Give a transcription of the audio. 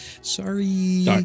sorry